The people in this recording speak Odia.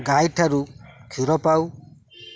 ଗାଈ ଠାରୁ କ୍ଷୀର ପାଉ